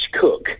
cook